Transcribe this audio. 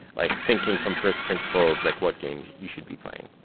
like thinking from first principles like what games you should be playing.